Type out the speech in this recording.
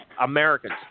Americans